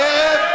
בערב,